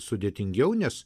sudėtingiau nes